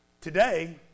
Today